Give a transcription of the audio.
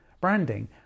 branding